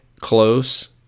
close